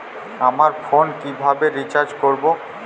আমার ফোনে কিভাবে রিচার্জ করবো?